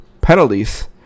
penalties